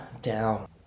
down